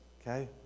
Okay